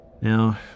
Now